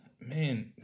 man